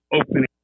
opening